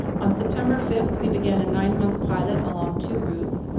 on september fifth we began a nine-month pilot along two routes,